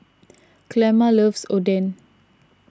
Clemma loves Oden